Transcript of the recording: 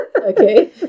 Okay